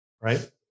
Right